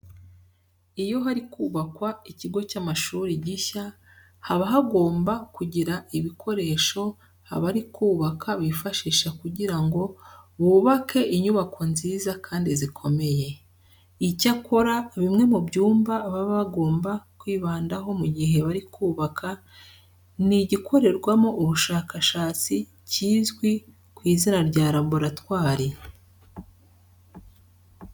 Iyo hari kubakwa ikigo cy'amashuri gishya haba hagomba kugira ibikoresho abari kubaka bifashisha kugira ngo bubake inyubako nziza kandi zikomeye. Icyakora bimwe mu byumba baba bagomba kwibandaho mu gihe bari kubaka ni igikorerwamo ubushakashatsi kizwe ku izina rya laboratwari.